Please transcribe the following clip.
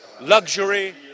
luxury